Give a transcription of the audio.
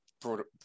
brought